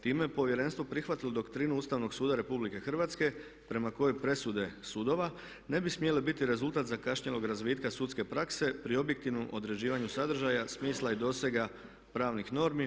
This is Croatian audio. Time je Povjerenstvo prihvatilo doktrinu Ustavnog suda Republike Hrvatske prema kojoj presude sudova ne bi smjele biti rezultat zakašnjelog razvitka sudske prakse pri objektivnom određivanju sadržaja, smisla i dosega pravnih normi.